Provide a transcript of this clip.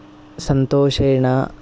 सन्तोषेण